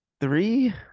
Three